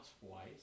twice